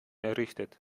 errichtet